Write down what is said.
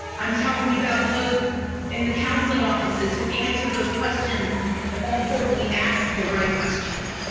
i'm talking about those in the counseling offices who answer those questions and more importantly ask the right questions.